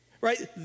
right